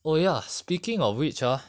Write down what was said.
oh ya speaking of which ah